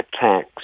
attacks